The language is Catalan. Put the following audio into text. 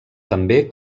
també